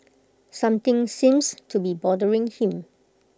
something seems to be bothering him